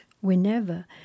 whenever